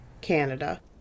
Canada